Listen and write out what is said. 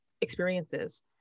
experiences